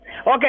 Okay